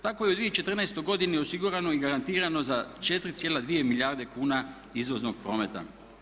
Tako je u 2014. godini osigurano i garantirano za 4,2 milijarde kuna izvoznog prometa.